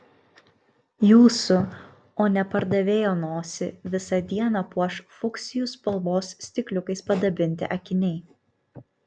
jūsų o ne pardavėjo nosį visą dieną puoš fuksijų spalvos stikliukais padabinti akiniai